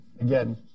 again